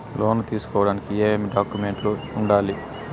లోను తీసుకోడానికి ఏమేమి డాక్యుమెంట్లు ఉండాలి